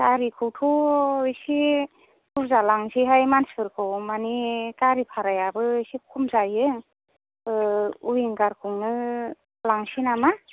गारिखौथ' इसे बुरजा लांनोसैहाय मानसिफोरखौ मानि गारि भारायाबो इसे खम जायो विंगारखौनो लांनोसै नामा